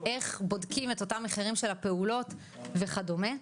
איך בודקים את אותם המחירים של הפעולות האלה וכדומה.